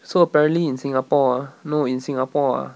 so apparently in singapore ah no in singapore ah